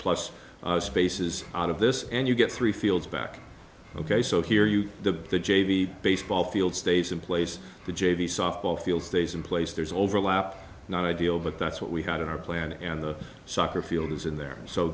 plus spaces out of this and you get three fields back ok so here you the the j v baseball field stays in place the j v softball fields days in place there's overlap not ideal but that's what we had in our plan and the soccer field is in there so